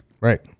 right